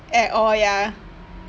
at all ya